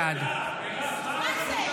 בעד מה זה,